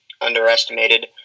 underestimated